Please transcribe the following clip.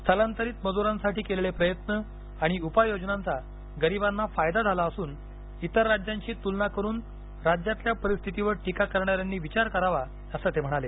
स्थलांतरित मजूरांसाठी केलेले प्रयत्न आणि उपाययोजनांचा गरीबांना फायदा झाला असून इतर राज्यांशी तुलना करुन राज्यातल्या परिस्थितीवर टीका करणाऱ्यांनी विचार करावा असं ते म्हणाले